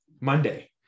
Monday